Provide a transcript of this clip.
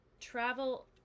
travel